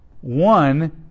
one